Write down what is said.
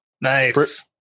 Nice